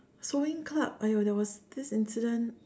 sewing club !aiyo! there was this incident